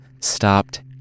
stopped